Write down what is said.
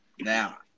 Now